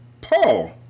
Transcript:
Paul